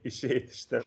išeiti ir ten